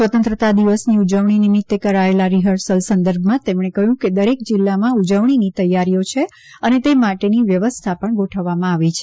સ્વતંત્રતા દિવસની ઉજવણી નિમિત્તે કરાયેલા રીહર્સલ સંદર્ભમાં તેમણે કહ્યું કે દરેક જિલ્લામાં ઉજવણીની તૈયારીઓ છે અને તે માટેની વ્યવસ્થા પણ ગોઠવવામાં આવી છે